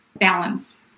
balance